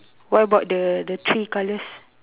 what about the the tree colours